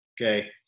Okay